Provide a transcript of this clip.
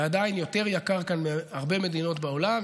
ועדיין יותר יקר כאן מבהרבה מדינות בעולם.